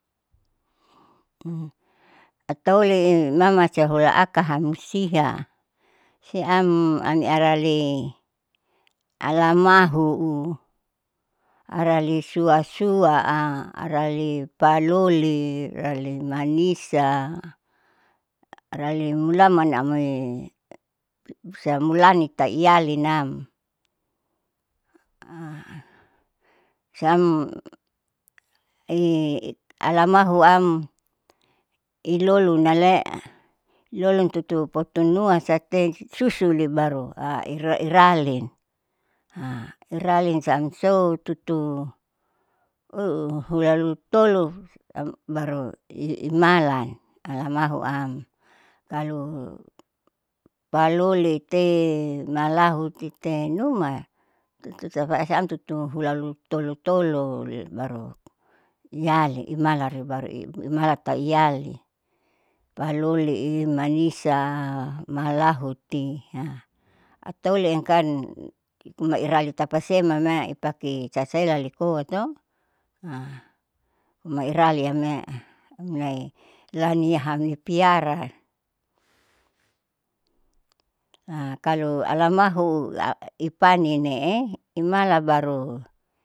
ataule mama siaulahakaha musiha siam amirali alamahu uh arali suasua, arali paloli, arali manisa, arali mulaman amoi siam mulani tauiyalinam siam i alamahuam ilolun ale ilolun tutu potonua satei sussul baru irairali iralin siam sou tutu ou ulalutolo am baru iimalan alamahuam kalo palolitite, malahutite numa tututapaesa amtutu hulalu tolo tolo li baru iyali imalarui baru i imala tahu iyali paloli i manisa malahuti ataoli enkan mairali tapasiem amamai ipake sasaelalikoa to mairali ame'e amloi laniahami piara kalo alamahu la ipananinee imala baru.